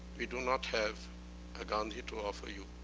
we do not have a gandhi to offer you,